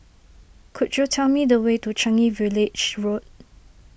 could you tell me the way to Changi Village Road